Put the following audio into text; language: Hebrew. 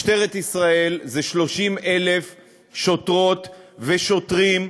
משטרת ישראל מונה 30,000 שוטרות ושוטרים,